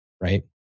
right